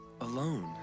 alone